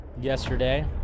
yesterday